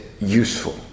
useful